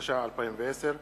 התש"ע 2010,